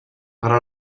para